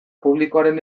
publikoaren